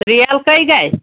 ترٛیل کٔہۍ گژھِ